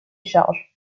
charges